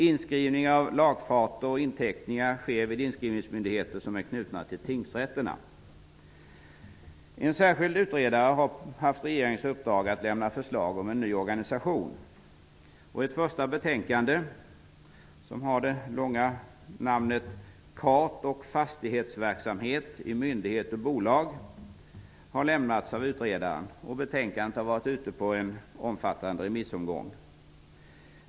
Inskrivning av lagfarter och inteckningar sker vid inskrivningsmyndigheter som är knutna till tingsrätterna. En särskild utredare har haft regeringens uppdrag att lämna förslag om en ny organisation. Ett första betänkande med det långa namnet Kart och fastighetsverksamhet i myndighet och bolag har lämnats av utredaren. Betänkandet har varit ute på en omfattande remissomgång.